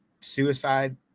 suicide